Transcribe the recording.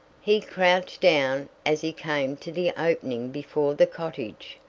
he crouched down as he came to the opening before the cottage.